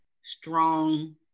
Strong